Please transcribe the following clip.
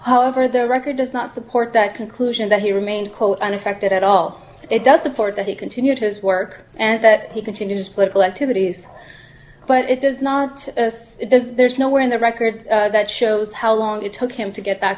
however the record does not support that conclusion that he remained quote unaffected at all it does support that he continued his work and that he continued his political activities but it does not it does there's nowhere in the record that shows how long it took him to get back